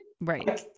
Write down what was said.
Right